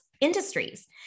industries